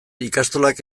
ikastolak